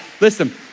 Listen